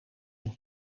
een